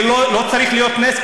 זה לא צריך להיות נס,